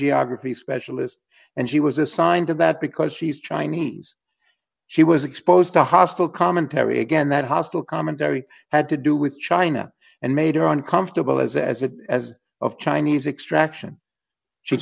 geography specialist and she was assigned to that because she's chinese she was exposed to hostile commentary again that hostile commentary had to do with china and made her uncomfortable as as a as of chinese extract